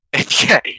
Okay